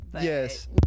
Yes